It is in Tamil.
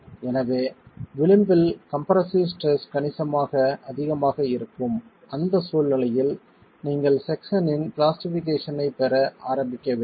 எனவே விளிம்பில் கம்ப்ரசிவ் ஸ்ட்ரெஸ் கணிசமாக அதிகமாக இருக்கும் அந்த சூழ்நிலையில் நீங்கள் செக்சன் இன் பிளாஸ்டிஃபிகேஷன் பெற ஆரம்பிக்க வேண்டும்